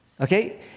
Okay